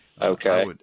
Okay